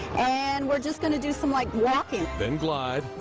and we're just going to do some like walking. then glide.